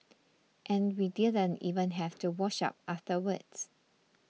and we didn't even have to wash up afterwards